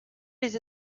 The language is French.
les